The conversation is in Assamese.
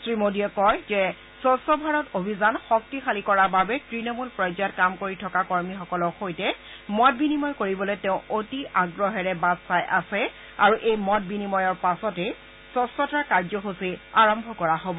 শ্ৰী মোদীয়ে কয় যে স্কচ্ছ ভাৰত অভিযান শক্তিশালী কৰাৰ বাবে ত়ণমূল পৰ্যায়ত কাম কৰি থকা কৰ্মীসকলৰ সৈতে মত বিনিময় কৰিবলৈ তেওঁ অতি আগ্ৰহেৰে বাট চাই আছে আৰু এই মত বিনিময়ৰ পাছতেই স্বচ্ছতাৰ কাৰ্যসূচী আৰম্ভ কৰা হ'ব